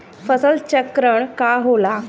फसल चक्रण का होला?